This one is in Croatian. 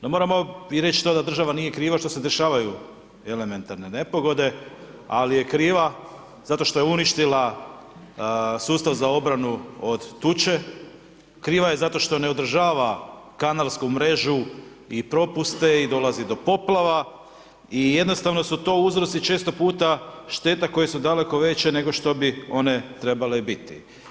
No moramo i reći to da država nije kriva što se dešavaju elementarne nepogode, ali je kriva zato što je uništila sustav za obranu od tuče, kriva je zato što ne održava kanalsku mrežu i propuste i dolazi do poplava i jednostavno su to uzroci često puta šteta koje su daleko veće nego što bi one trebale biti.